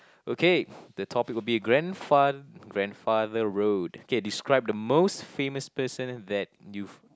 okay the topic will be a grand fa~ grandfather road okay describe the most famous person that you've